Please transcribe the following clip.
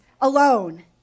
alone